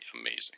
amazing